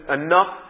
enough